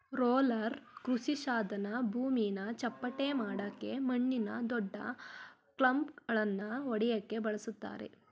roller ಕೃಷಿಸಾಧನ ಭೂಮಿನ ಚಪ್ಪಟೆಮಾಡಕೆ ಮಣ್ಣಿನ ದೊಡ್ಡಕ್ಲಂಪ್ಗಳನ್ನ ಒಡ್ಯಕೆ ಬಳುಸ್ತರೆ